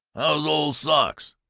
how's old socks?